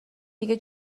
دیگه